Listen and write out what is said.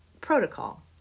protocol